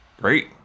Great